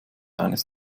eines